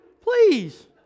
Please